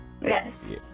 Yes